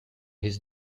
his